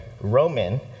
Roman